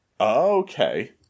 Okay